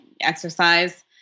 exercise